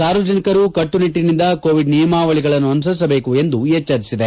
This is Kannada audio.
ಸಾರ್ವಜನಿಕರು ಕಟ್ಟುನಿಟ್ಟಿನಿಂದ ಕೋವಿಡ್ ನಿಯಮಾವಳಿಗಳನ್ನು ಅನುಸರಿಸಬೇಕು ಎಂದು ಎಚ್ಚರಿಸಿದೆ